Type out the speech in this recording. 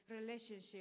relationship